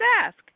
Ask